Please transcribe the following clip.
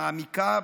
מעמיקה,